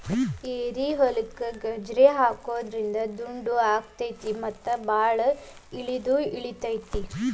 ಏರಿಹೊಲಕ್ಕ ಗಜ್ರಿ ಹಾಕುದ್ರಿಂದ ದುಂಡು ಅಕೈತಿ ಮತ್ತ ಬಾಳ ಇಳದು ಇಳಿತೈತಿ